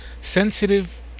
Sensitive